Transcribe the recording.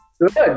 Good